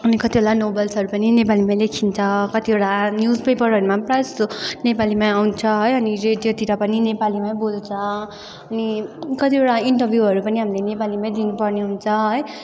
अनि कतिवटा नोभेल्सहरू पनि नेपालीमा लेखिन्छ कतिवटा न्युज पेपरहरू पनि प्रायः जस्तो नेपालीमा आउँछ है अनि रेडियोतिर पनि नेपालीमै बोल्छ अनि कतिवटा इन्टरभ्यूहरू पनि हामीले नेपालीमै दिनु पर्ने हुन्छ है